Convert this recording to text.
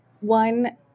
one